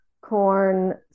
corn